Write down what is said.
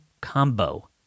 combo